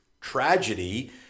tragedy